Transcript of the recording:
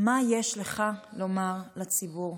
מה יש לך לומר לציבור?